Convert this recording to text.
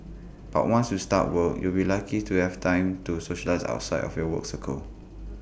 but once you start work you'll be lucky to have time to socialise outside of your work circle